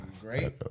Great